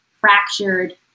fractured